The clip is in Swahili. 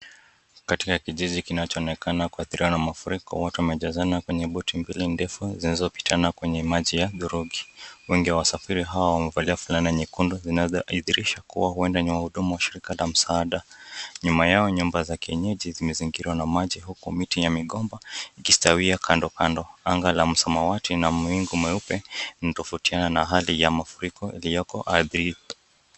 Katika kijiji kinachoonekana kuathiriwa na mafuriko, watu wamejazana kwenye boti mbili ndefu, zinazopitana kwenye maji ya udhurungi. Wengi wa wasafiri hawa wamevalia fulana nyekundu, inayoidhirisha kuwa huenda ni wahudumu wa shirika la msaada. Nyuma yao nyumba za kienyeji zimezingirwa na maji huku miti ya migomba ikistawia kando kando. Anga la samawati na mawingu meupe inatofautiana na hali ya mafuriko ilioko ardhi hii.